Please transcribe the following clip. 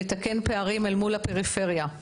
לתקן פערים אל מול הפריפריה כדי